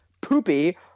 poopy